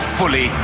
fully